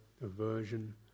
aversion